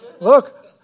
Look